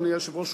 אדוני היושב-ראש,